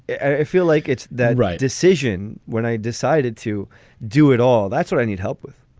i feel like it's the right decision when i decided to do it all. that's what i need help with